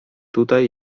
tutaj